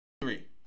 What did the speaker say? three